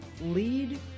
Lead